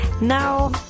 now